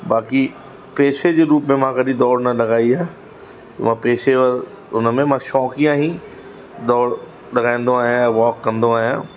बाक़ी पेशे जे रूप में मां कॾहिं दौड़ न लॻाई आहे उहे पेशेवर हुन में मां शौक़िया ई दौड़ लॻाईंदो आहियां वॉक कंदो आहियां